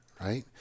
right